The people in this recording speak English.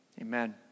Amen